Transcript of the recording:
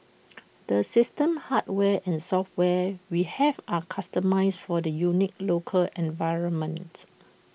the system hardware and software we have are customised for the unique local environment